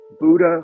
Buddha